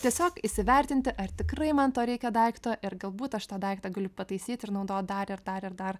tiesiog įsivertinti ar tikrai man to reikia daikto ir galbūt aš tą daiktą galiu pataisyt ir naudot dar ir dar ir dar